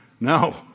no